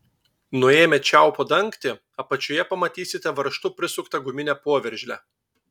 nuėmę čiaupo dangtį apačioje pamatysite varžtu prisuktą guminę poveržlę